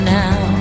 now